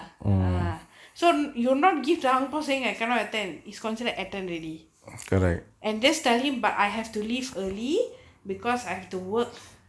ah so you not give downpour saying I cannot attend is considered attend already and just tell him but I have to leave early because I have to work